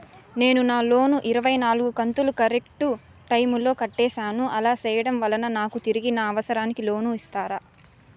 నేను నా లోను ఇరవై నాలుగు కంతులు కరెక్టు టైము లో కట్టేసాను, అలా సేయడం వలన నాకు తిరిగి నా అవసరానికి లోను ఇస్తారా?